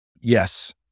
yes